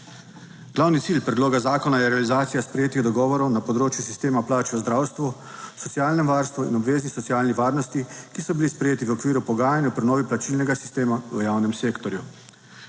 Glavni cilj predloga zakona je realizacija sprejetih dogovorov na področju sistema plač v zdravstvu, socialnem varstvu in obvezni socialni varnosti, ki so bili sprejeti v okviru pogajanj o prenovi plačilnega sistema v javnem sektorju.